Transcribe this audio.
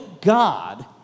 God